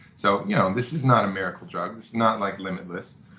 so you know this is not a miracle drug. this is not like limitless,